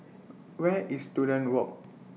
Where IS Student Walk